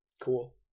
Cool